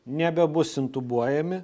nebebus intubuojami